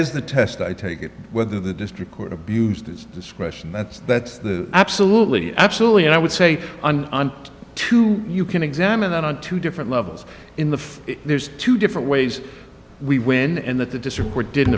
is the test i take it whether the district court abused its discretion that's that's the absolutely absolutely and i would say to you can examine that on two different levels in there's two different ways we win and that the district court didn't